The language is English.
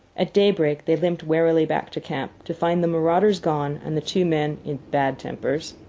at daybreak they limped warily back to camp, to find the marauders gone and the two men in bad tempers.